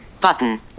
Button